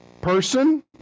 person